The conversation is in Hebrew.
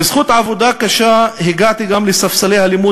בזכות עבודה קשה הגעתי גם לספסלי הלימוד